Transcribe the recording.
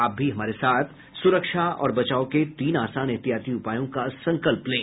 आप भी हमारे साथ सुरक्षा और बचाव के तीन आसान एहतियाती उपायों का संकल्प लें